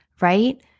right